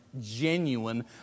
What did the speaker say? genuine